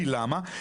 כי למה?